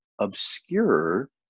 obscure